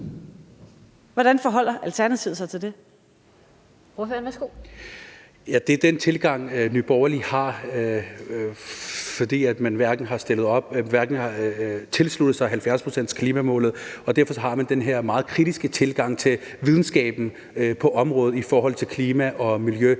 Sikandar Siddique (ALT): Ja, det er den tilgang, Nye Borgerlige har, fordi man ikke har tilsluttet sig 70-procentsklimamålet, og derfor har man den her meget kritiske tilgang til videnskaben på området i forhold til klima og miljø.